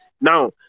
Now